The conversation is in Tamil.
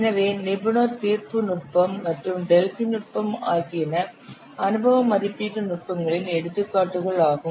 எனவே நிபுணர் தீர்ப்பு நுட்பம் மற்றும் டெல்ஃபி நுட்பம் ஆகியன அனுபவ மதிப்பீட்டு நுட்பங்களின் எடுத்துக்காட்டுகள் ஆகும்